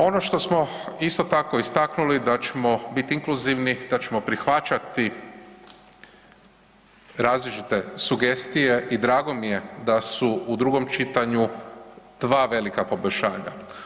Ono što smo isto tako istaknuli da ćemo biti inkluzivni, da ćemo prihvaćati različite sugestije i drago mi je da su u drugom čitanju dva velika poboljšanja.